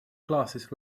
classes